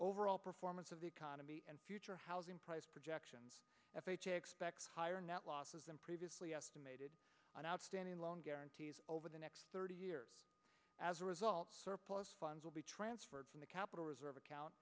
overall performance of the economy and future housing price projections expect higher net losses than previously estimated on outstanding loan guarantees over the next thirty years as a result surplus funds will be transferred from the capital reserve account